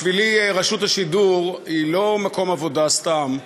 בשבילי, רשות השידור היא לא מקום עבודה סתם,